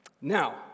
Now